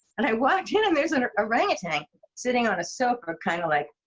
and i walked in, and there's an orangutan sitting on a sofa kind of like.